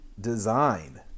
design